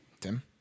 Tim